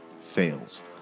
Fails